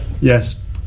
Yes